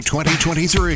2023